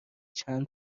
چند